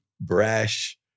brash